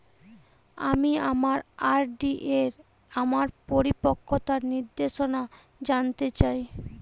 আমি আমার আর.ডি এর আমার পরিপক্কতার নির্দেশনা জানতে চাই